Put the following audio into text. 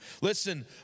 Listen